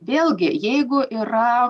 vėlgi jeigu yra